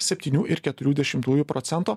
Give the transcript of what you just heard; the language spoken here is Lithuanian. septynių ir keturių dešimtųjų procento